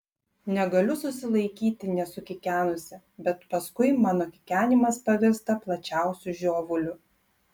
negaliu susilaikyti nesukikenusi bet paskui mano kikenimas pavirsta plačiausiu žiovuliu